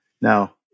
Now